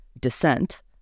dissent